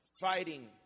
fighting